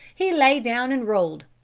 he lay down and rolled.